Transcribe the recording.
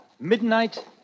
midnight